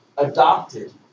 adopted